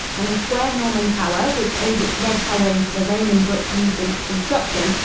and the square norman tower, which owes its red coloring to the roman brick used in its construction,